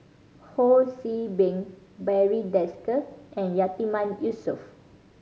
Ho See Beng Barry Desker and Yatiman Yusof